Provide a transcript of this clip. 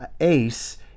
Ace